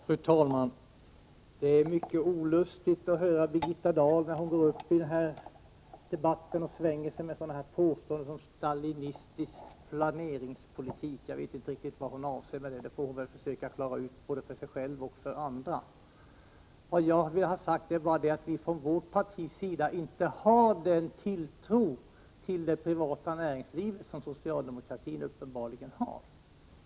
Fru talman! Det är mycket olustigt att höra Birgitta Dahl när hon går upp i debatten och svänger sig med uttalanden som stalinistisk planeringspolitik — jag vet inte riktigt vad hon avser med det, men det får hon väl försöka klara ut både för sig själv och för andra. Vad jag ville ha sagt var att vi i vårt parti inte har den tilltro till det privata näringslivet som socialdemokratin uppenbarligen har.